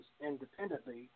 independently